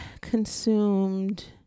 consumed